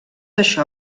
això